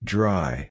Dry